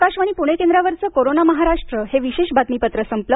आकाशवाणी पूणे केंद्रावरचं कोरोना महाराष्ट्र हे विशेष बातमीपत्र संपलं